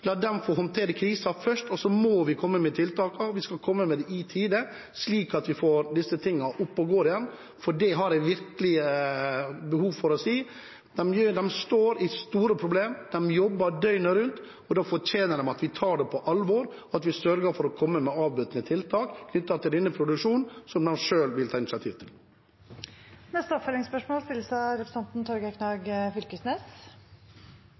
få håndtere krisen først. Så må vi komme med tiltakene, og vi skal komme med dem i tide, slik at vi får dette oppe og gå igjen. For det har jeg virkelig behov for å si: De står i store problem, de jobber døgnet rundt, og da fortjener de at vi tar det på alvor, og at vi sørger for å komme med avbøtende tiltak knyttet til denne produksjonen, som de selv vil ta initiativ til. Torgeir Knag Fylkesnes – til oppfølgingsspørsmål.